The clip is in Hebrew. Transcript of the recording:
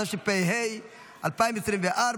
התשפ"ה 2024,